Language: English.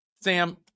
Sam